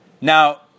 Now